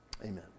amen